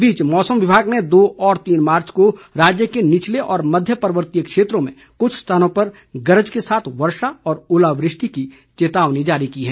इस बीच मौसम विभाग ने दो और तीन मार्च को राज्य के निचले व मध्य पर्वतीय क्षेत्रों में कुछ स्थानों पर गरज के साथ वर्षा और ओलावृष्टि की चेतावनी जारी की है